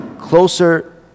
closer